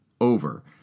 over